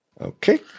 Okay